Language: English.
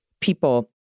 people